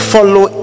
Follow